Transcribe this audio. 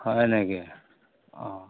হয় নেকি